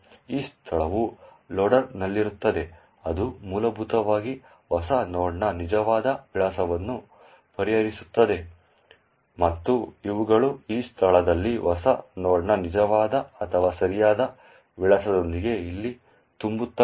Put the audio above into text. ಈ ಸ್ಥಳವು ಲೋಡರ್ನಲ್ಲಿರುತ್ತದೆ ಅದು ಮೂಲಭೂತವಾಗಿ ಹೊಸ ನೋಡ್ನ ನಿಜವಾದ ವಿಳಾಸವನ್ನು ಪರಿಹರಿಸುತ್ತದೆ ಮತ್ತು ಇವುಗಳು ಈ ಸ್ಥಳದಲ್ಲಿ ಹೊಸ ನೋಡ್ನ ನಿಜವಾದ ಅಥವಾ ಸರಿಯಾದ ವಿಳಾಸದೊಂದಿಗೆ ಇಲ್ಲಿ ತುಂಬುತ್ತವೆ